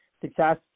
success